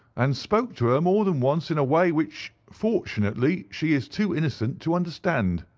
and spoke to her more than once in a way which, fortunately, she is too innocent to understand.